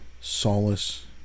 solace